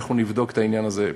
אנחנו נבדוק את העניין הזה.